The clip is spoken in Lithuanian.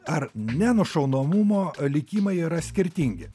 ar nenušaunamumo likimai yra skirtingi